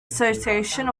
association